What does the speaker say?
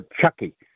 Chucky